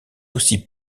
aussi